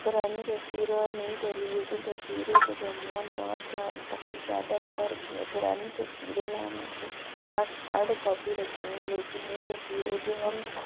پرانی تصویروں اور نئی ٹیلیویژن تصویروں کے درمیان میں بہت زیادہ فرق ہے پرانی تصویروں میں ہم اپنی پاس ہارڈ کاپی رکھتے ہیں لیکن نئی تصویروں جو ہم